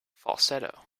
falsetto